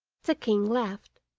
the king laughed.